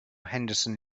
henderson